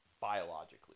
biologically